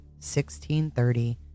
1630